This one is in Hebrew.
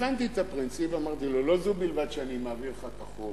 הבנתי את הפרינציפ ואמרתי לו: לא זו בלבד שאני מעביר לך את החוק